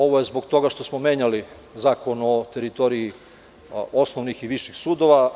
Ovo je zbog toga što smo menjali Zakon o teritoriji osnovnih i viših sudova.